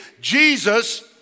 Jesus